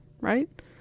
right